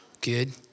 Good